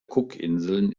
cookinseln